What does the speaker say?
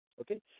Okay